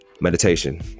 Meditation